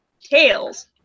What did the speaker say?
Tails